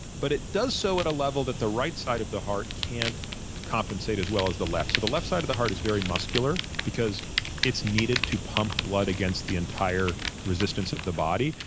but it does so at a level that the right side of the heart can't compensate as well as the left. so the left side of the heart is very muscular because it's needed to pump blood against the entire resistance of the body.